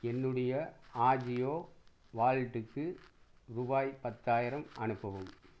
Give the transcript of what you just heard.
என்னுடைய ஆஜியோ வாலெட்டுக்கு ரூபாய் பத்தாயிரம் அனுப்பவும்